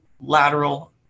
lateral